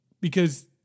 Because-